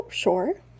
Sure